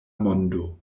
mondo